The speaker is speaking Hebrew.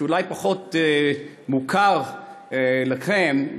שאולי פחות מוכר לכם,